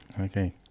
Okay